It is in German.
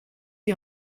die